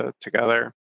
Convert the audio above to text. together